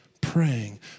praying